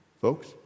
folks